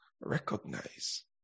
recognize